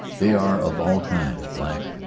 they are of all kinds black,